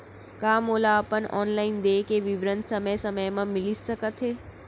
का मोला अपन ऑनलाइन देय के विवरण समय समय म मिलिस सकत हे?